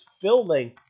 filming